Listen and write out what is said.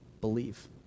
believe